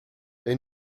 est